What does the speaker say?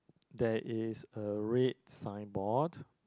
there is a red signboard